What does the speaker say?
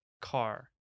car